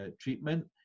treatment